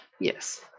Yes